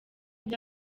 byo